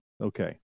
okay